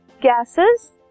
gases